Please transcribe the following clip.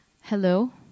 Hello